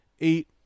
eight